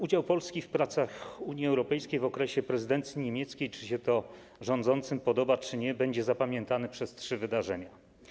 Udział Polski w pracach Unii Europejskiej w okresie prezydencji niemieckiej, czy się to rządzącym podoba, czy nie, będzie zapamiętany ze względu na trzy wydarzenia.